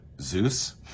Zeus